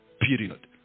Period